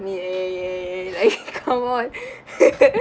me eh eh eh like come on